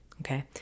okay